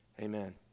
Amen